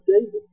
David